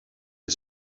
est